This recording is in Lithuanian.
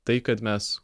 tai kad mes